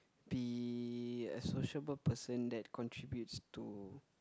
be a sociable person that contributes to